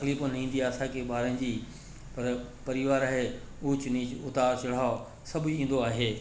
त तक़लीफ न ईंदी आहे असांखे ॿारनि जी पर परिवार आहे ऊंच नीच उतार चढ़ाव सभु ई ईंदो आहे